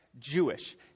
Jewish